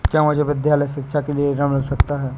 क्या मुझे विद्यालय शिक्षा के लिए ऋण मिल सकता है?